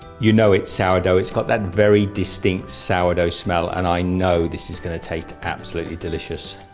you know it's sourdough, it's got that very distinct sourdough smell and i know this is going to taste absolutely delicious.